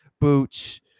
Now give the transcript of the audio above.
boots